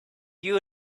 you